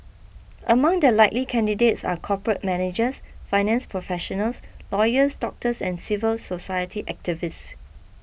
among the likely candidates are corporate managers finance professionals lawyers doctors and civil society activists